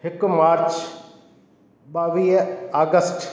हिकु मार्च ॿावीह अगस्ट